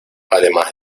además